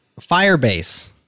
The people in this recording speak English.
Firebase